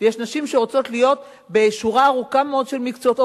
ויש נשים שרוצות להיות בשורה ארוכה מאוד של מקצועות.